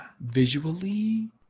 Visually